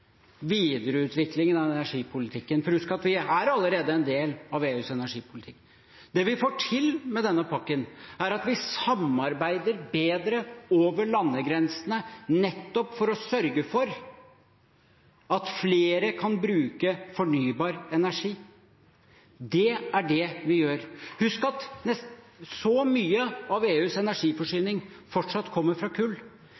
vi allerede er en del av EUs energipolitikk, og det vi får til med denne pakken – videreutvikling av denne energipolitikken – er at vi samarbeider bedre over landegrensene nettopp for å sørge for at flere kan bruke fornybar energi. Det er det vi gjør. Husk at mye av EUs